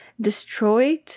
destroyed